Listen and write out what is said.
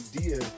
idea